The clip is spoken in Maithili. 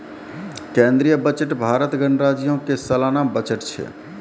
केंद्रीय बजट भारत गणराज्यो के सलाना बजट छै